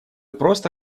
просто